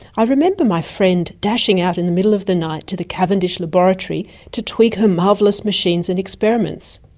i remember my friend dashing out in the middle of the night to the cavendish laboratory to tweak her marvellous machines and experiments.